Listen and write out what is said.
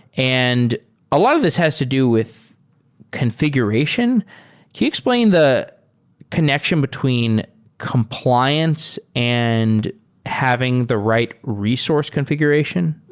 and a lot of these has to do with confi guration. can you explain the connection between compliance and having the right resource confi guration?